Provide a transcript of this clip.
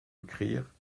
écrire